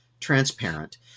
transparent